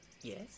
yes